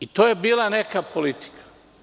I to je bila neka politika.